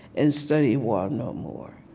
and study war no more.